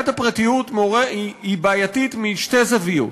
הפרטיות היא בעייתית משתי זוויות: